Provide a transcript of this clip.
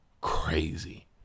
crazy